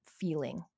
feeling